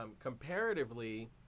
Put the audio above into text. comparatively